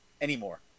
anymore